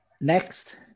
Next